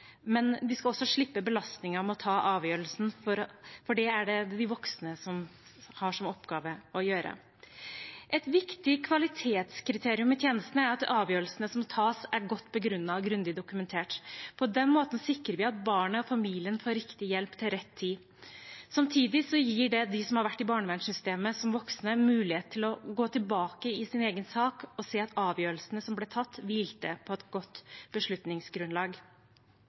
men de skal også slippe belastningen med å ta avgjørelsen, for det er det de voksne som har som oppgave å gjøre. Et viktig kvalitetskriterium i tjenesten er at avgjørelsene som tas, er godt begrunnet og grundig dokumentert. På den måten sikrer vi at barnet og familien får riktig hjelp til rett tid. Samtidig gir det dem som har vært i barnevernssystemet, som voksne mulighet til å gå tilbake i sin egen sak og se at avgjørelsene som ble tatt, hvilte på et godt beslutningsgrunnlag.